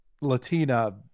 latina